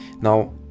now